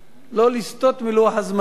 לא לסטות מלוח-הזמנים.